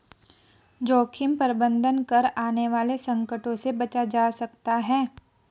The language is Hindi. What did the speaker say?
जोखिम प्रबंधन कर आने वाले संकटों से बचा जा सकता है